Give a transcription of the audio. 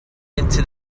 into